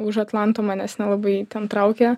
už atlanto manęs nelabai ten traukia